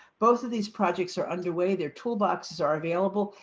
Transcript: both of these projects are underway their toolbox is are available.